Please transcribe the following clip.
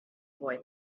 boy